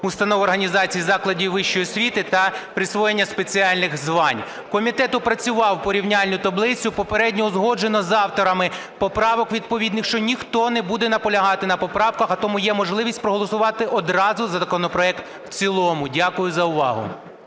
установ, організацій, закладів вищої освіти та присвоєння спеціальних звань). Комітет опрацював порівняльну таблицю, попередньо узгоджено з авторами поправок відповідних, що ніхто не буде наполягати на поправках, а тому є можливість проголосувати одразу за законопроект в цілому. Дякую за увагу.